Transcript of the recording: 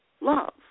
love